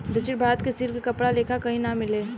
दक्षिण भारत के सिल्क के कपड़ा लेखा कही ना मिले